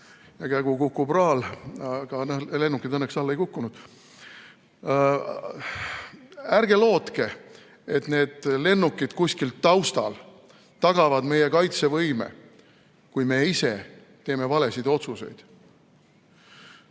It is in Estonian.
ja kägu kukub raal", aga lennukid õnneks alla ei kukkunud. Ärge lootke, et need lennukid kuskil taustal tagavad meie kaitsevõime, kui me ise teeme valesid otsuseid!